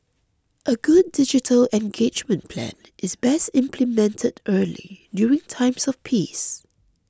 a good digital engagement plan is best implemented early during times of peace